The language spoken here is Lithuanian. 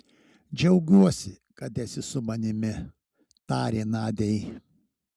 džiaugiuosi kad esi su manimi tarė nadiai